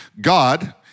God